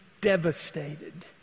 devastated